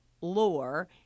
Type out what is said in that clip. lore